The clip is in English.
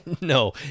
No